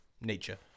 nature